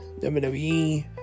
WWE